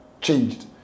changed